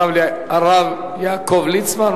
הרב יעקב ליצמן,